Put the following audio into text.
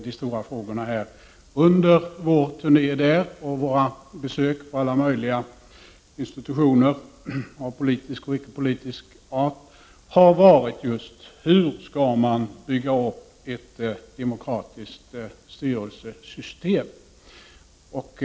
Den stora frågan under vår turné och våra besök på alla möj liga institutioner av politisk och icke-politisk art har varit just: Hur skall man bygga upp ett demokratiskt styrelsesystem?